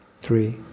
three